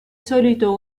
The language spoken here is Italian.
solito